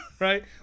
Right